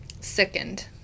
sickened